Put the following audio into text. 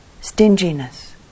stinginess